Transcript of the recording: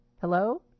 Hello